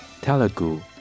Telugu